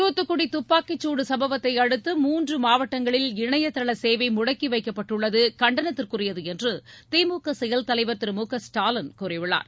தூத்துக்குடி துப்பாக்கி சூடு சம்பவத்தை அடுத்து மூன்று மாவட்டங்களில் இணையதள சேவை முடக்கி வைக்கப்பட்டுள்ளது கண்டனத்திற்குரியது என்று திமுக செயல் தலைவர் திரு மு க ஸ்டாலின் கூறியுள்ளார்